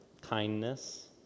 kindness